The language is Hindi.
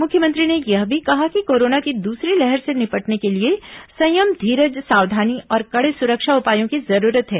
मुख्यमंत्री ने यह भी कहा कि कोरोना की दूसरी लहर से निपटने के लिए संयम धीरज सावधानी और कड़े सुरक्षा उपायों की जरूरत है